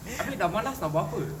abeh dah malas nak buat apa